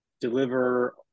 deliver